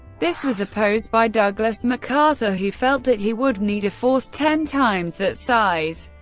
this was opposed by douglas macarthur, who felt that he would need a force ten times that size,